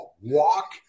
Walk